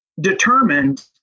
determined